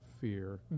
fear